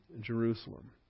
Jerusalem